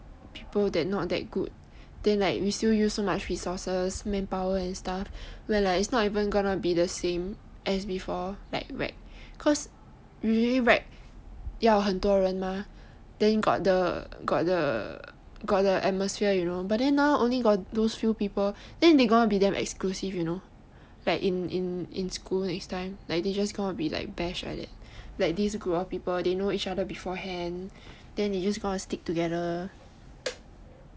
people that not that good then like we still use so much resources manpower and stuff like it's not even going to be the same as before cause usually rag 要很多人吗 then got the the atmosphere you know but then now only got those few people then they going to be damn exclusive you know like in school next time then they just going to be like BASH like that like these group of people they know each other beforehand then they just going to stick together ya but then